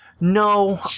No